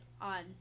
on